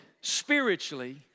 spiritually